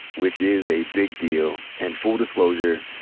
which is a big deal. and, full disclosure,